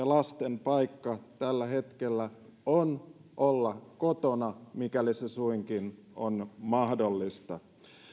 lasten paikka tällä hetkellä on olla kotona mikäli se suinkin on mahdollista